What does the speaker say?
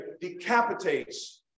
decapitates